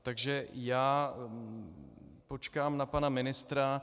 Takže já počkám na pana ministra.